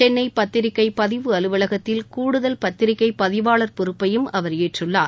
சென்னை பத்திரிகை பதிவு அலுவலகத்தில் கூடுதல் பத்திரிகை பதிவாளர் பொறுப்பையும் அவர் ஏற்றுள்ளார்